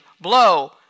blow